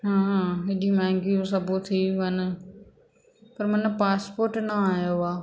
हा हेॾी महांगियूं सभु थी वेयूं आहिनि पर माना पासपोट न आयो आहे